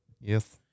Yes